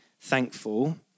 thankful